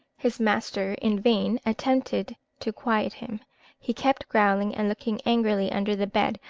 his master in vain attempted to quiet him he kept growling and looking angrily under the bed,